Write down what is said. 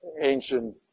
ancient